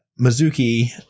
Mizuki